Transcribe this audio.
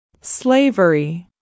Slavery